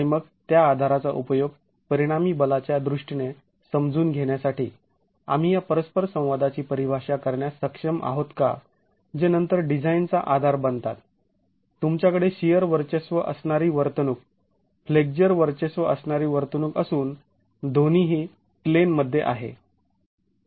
आणि मग त्या आधाराचा उपयोगी परिणामी बलाच्या दृष्टीने समजून घेण्यासाठी आम्ही या परस्पर संवादाची परिभाषा करण्यास सक्षम आहोत का जे नंतर डिझाईनचा आधार बनतात तुमच्याकडे शिअर वर्चस्व असणारी वर्तणूक फ्लेक्झर वर्चस्व असणारी वर्तणूक असून दोन्ही ही प्लेन मध्ये आहे